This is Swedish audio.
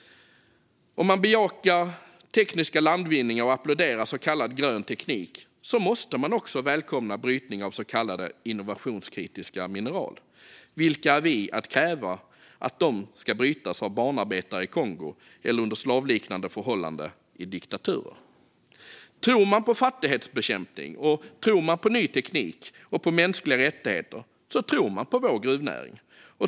Om man bejakar tekniska landvinningar och applåderar så kallad grön teknik måste man också välkomna brytning av så kallade innovationskritiska mineraler. Vilka är vi att kräva att de ska brytas av barnarbetare i Kongo eller under slavliknande förhållanden i diktaturer? Tror man på fattigdomsbekämpning, på ny teknik och på mänskliga rättigheter tror man på vår gruvnäring.